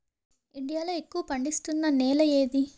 India లో ఎక్కువ పండిస్తున్నా నేల ఏది?